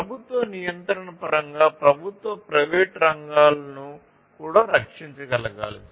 ప్రభుత్వ నియంత్రణ పరంగా ప్రభుత్వ ప్రైవేటు రంగాలను కూడా రక్షించగలగాలి